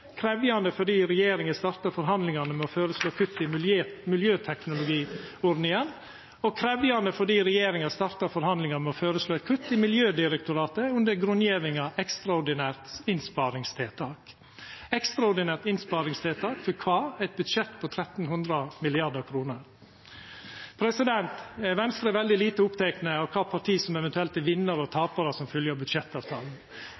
krevjande fordi regjeringa starta forhandlingane med å føreslå kutt i miljøteknologiordninga, og krevjande fordi regjeringa starta forhandlingane med å føreslå eit kutt i Miljødirektoratet med grunngjevinga ekstraordinært innsparingstiltak. Ekstraordinært innsparingstiltak for kva? – eit budsjett på 1 300 mrd. kr. Venstre er veldig lite opptekne av kva parti som eventuelt er vinnarar og